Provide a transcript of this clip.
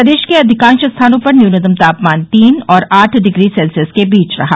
प्रदेश के अधिकांश स्थानों पर न्यूनतम तापमान तीन और आठ डिग्री सेल्सियस के बीच रहा